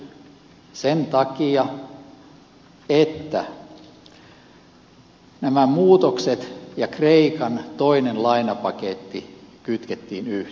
sen takia että nämä muutokset ja kreikan toinen lainapaketti kytkettiin yhteen